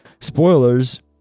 Spoilers